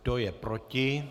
Kdo je proti?